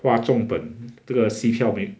!wah! 重本这个戏票